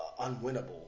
unwinnable